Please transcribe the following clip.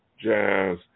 jazz